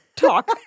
talk